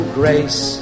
grace